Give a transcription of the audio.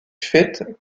fait